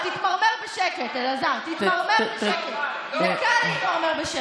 זה לא מכובד.